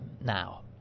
now